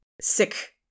sick